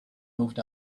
moved